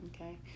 Okay